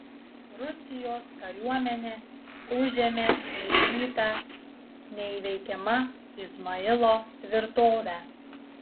rusijos kariuomenė užėmė laikytą neįveikiama izmailo tvirtovę